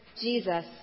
Jesus